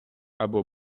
або